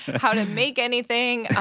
how to make anything.